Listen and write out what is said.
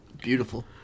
Beautiful